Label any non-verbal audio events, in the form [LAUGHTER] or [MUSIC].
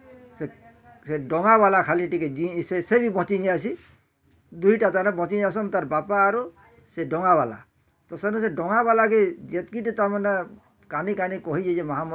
ସେ ଡ଼ଙ୍ଗା ବାଲା ଖାଲି ଟିକେ ଜିଁ ସେ ସେ ବି ବଞ୍ଚି ଯାଏସିଁ ଦୁଇଟା ତାହାଲେ ବଞ୍ଚି ଯାସନ୍ ତା ବାପା ଆରୋ ସେ ଡ଼ଙ୍ଗାବାଲା ତ ସେଠୁ ସେ ଡ଼ଙ୍ଗାବାଲା କେ ଯେତକିଟେ ତାମାନେ କାନି କାନି କହେ ଯାଏସିଁ ମହା [UNINTELLIGIBLE]